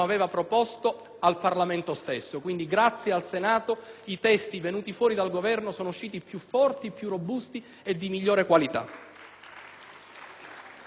al Parlamento stesso. Quindi, grazie al Senato, i testi elaborati dal Governo sono usciti più forti, più robusti e di migliore qualità.